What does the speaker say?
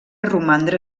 romandre